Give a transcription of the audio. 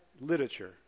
literature